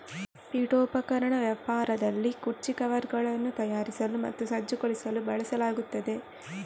ಪೀಠೋಪಕರಣ ವ್ಯಾಪಾರದಲ್ಲಿ ಕುರ್ಚಿ ಕವರ್ಗಳನ್ನು ತಯಾರಿಸಲು ಮತ್ತು ಸಜ್ಜುಗೊಳಿಸಲು ಬಳಸಲಾಗುತ್ತದೆ